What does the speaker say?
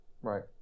Right